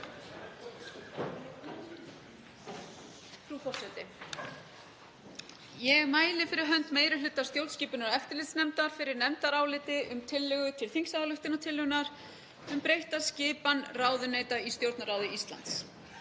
Frú forseti. Ég mæli fyrir hönd meiri hluta stjórnskipunar- og eftirlitsnefndar fyrir nefndaráliti um tillögu til þingsályktunar um breytta skipan ráðuneyta í Stjórnarráði Íslands.